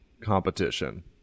competition